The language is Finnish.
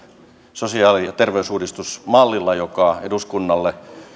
sosiaali ja terveysuudistusmallilla joka eduskunnalle